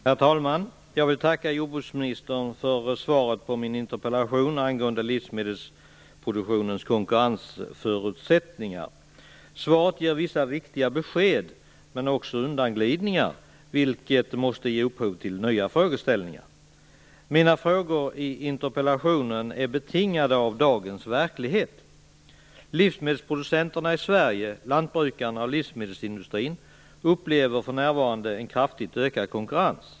Herr talman! Jag vill tacka jordbruksministern för svaret på min interpellation angående livsmedelsproduktionens konkurrensförutsättningar. Svaret ger vissa viktiga besked, men också undanglidningar. Dessa måste ge upphov till nya frågeställningar. Mina frågor i interpellationen är betingade av dagens verklighet. Livsmedelsproducenterna i Sverige, lantbrukarna och livsmedelsindustrin, upplever för närvarande en kraftigt ökad konkurrens.